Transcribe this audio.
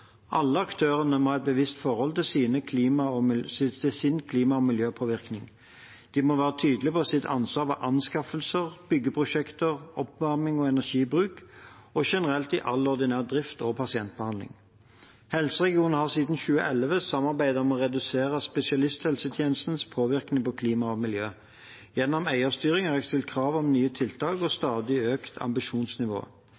Alle aktørene må ha et bevisst forhold til sin klima- og miljøpåvirkning. De må være tydelige på sitt ansvar ved anskaffelser, byggeprosjekter, oppvarming og energibruk og generelt i all ordinær drift og pasientbehandling. Helseregionene har siden 2011 samarbeidet om å redusere spesialisthelsetjenestens påvirkning på klima og miljø. Gjennom eierstyring har jeg stilt krav om nye tiltak og